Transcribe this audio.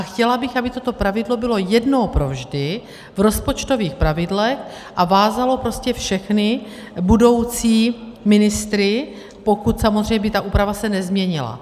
Chtěla bych, aby toto pravidlo bylo jednou provždy v rozpočtových pravidlech a vázalo prostě všechny budoucí ministry, pokud by se samozřejmě ta úprava nezměnila.